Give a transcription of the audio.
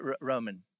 Roman